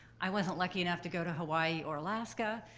i wasn't lucky enough to go to hawaii or alaska,